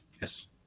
Yes